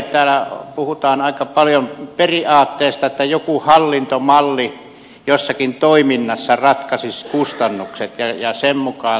täällä puhutaan aika paljon periaatteesta että joku hallintomalli jossakin toiminnassa ratkaisisi kustannukset ja sen mukaan toimitaan